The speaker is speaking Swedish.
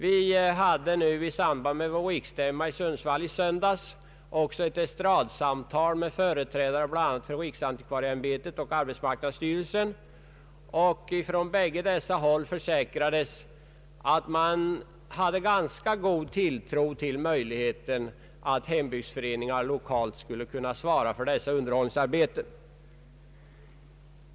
Vi hade i samband med vår riksstämma i Sundsvall i söndags också ett estradsamtal med företrädare för bl.a. riksantikvarieämbetet och arbetsmarknadsstyrelsen, och från dessa håll försäkrades att man hade ganska god tilltro till möjligheten att hembygdsföreningar lokalt skulle svara för dessa underhållsarbeten.